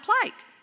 plight